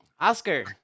oscar